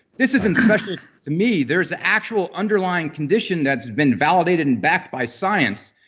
this isn't special to me there is actual underlying condition that's been validated and backed by science.